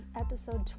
episode